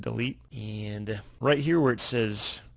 delete. and right here where it says,